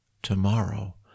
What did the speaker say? tomorrow